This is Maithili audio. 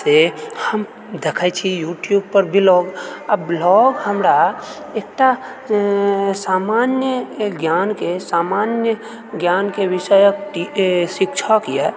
से हम देखैत छी यूट्यूब पर ब्लॉग आ ब्लॉग हमरा एकटा सामान्य ज्ञानके सामान्य ज्ञानके विषयक टी के शिक्षक यऽ